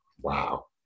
Wow